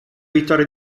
vittorie